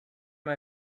may